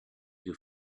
who